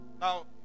now